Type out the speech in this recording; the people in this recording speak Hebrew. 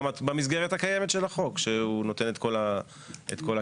במסגרת הקיימת של החוק שנותן את כל הכלים?